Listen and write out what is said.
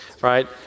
Right